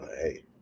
hey